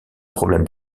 problèmes